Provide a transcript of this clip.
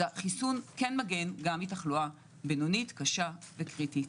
אז החיסון כן מגן על תחלואה בינונית, קשה וקריטית.